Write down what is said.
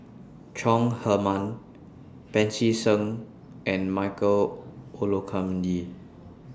Chong Heman Pancy Seng and Michael Olcomendy